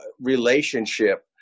relationship